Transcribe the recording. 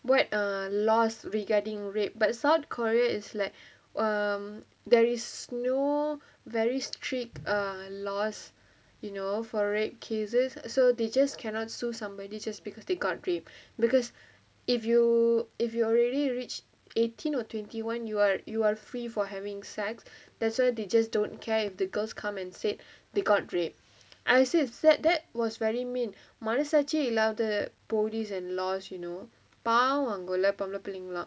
what err laws regarding rape but south korea is like err there is no very strict laws you know for rape cases so they just cannot sue somebody just because they got raped because if you if you already reached eighteen or twenty one you are you are free for having sex that's why they just don't care if the girls come and said they got raped I says set that was very mean மனசாட்ச்சியே இல்லாத:manasaatchiyae illaatha police and laws you know பாவோ அங்க உள்ள பொம்புள புள்ளைங்கல்லா:paavo anga ulla pompula pullaingalla